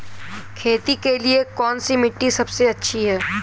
खेती के लिए कौन सी मिट्टी सबसे अच्छी है?